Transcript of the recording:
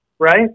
right